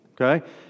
Okay